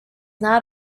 not